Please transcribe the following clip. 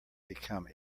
become